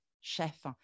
chef